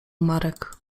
marek